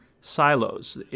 silos